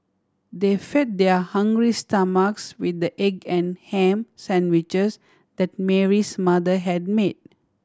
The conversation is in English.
they fed their hungry stomachs with the egg and ham sandwiches that Mary's mother had made